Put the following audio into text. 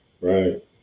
Right